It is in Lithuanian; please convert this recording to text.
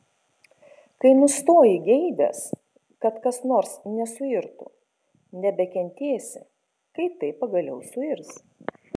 kai nustoji geidęs kad kas nors nesuirtų nebekentėsi kai tai pagaliau suirs